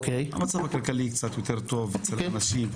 המצב הכלכלי קצת יותר טוב אצל אנשים,